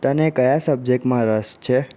તને કયા સબ્જેક્ટમાં રસ છે